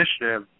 initiative